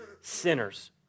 sinners